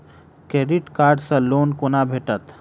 Credit card सँ loan कोना भेटत?